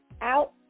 out